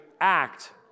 act